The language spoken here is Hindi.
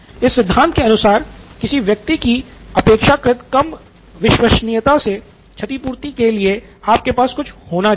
इस सिद्धांत के अनुसार किसी वस्तु की अपेक्षाकृत कम विश्वसनीयता से क्षति पूर्ति के लिए आपके पास कुछ होना चाहिए